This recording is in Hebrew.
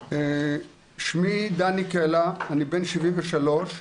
שמי דני קלע, אני בן 73,